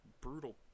brutal